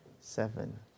Seven